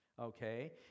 Okay